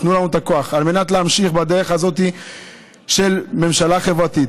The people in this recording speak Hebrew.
תנו לנו את הכוח על מנת להמשיך בדרך הזאת של ממשלה חברתית.